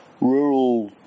rural